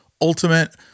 ultimate